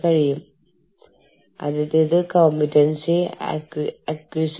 അന്താരാഷ്ട്ര പ്രവർത്തനങ്ങളുടെയും ഓർഗനൈസേഷൻ വികസനത്തിന്റെയും ദ്രുതഗതിയിലുള്ള ആരംഭം